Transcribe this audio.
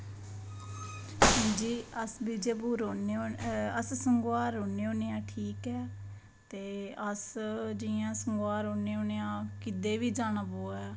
हां जी अस विजयपुर रौह्न्ने अस संगोआल रौह्न्ने होन्ने आं ठीक ऐ ते अस जियां संगोआल रौह्न्ने होन्ने आं किदे बी जाना पवै